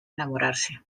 enamorarse